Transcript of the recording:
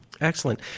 Excellent